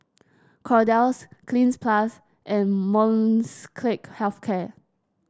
Kordel's Cleanz Plus and Molnylcke Health Care